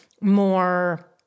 more